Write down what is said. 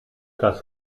das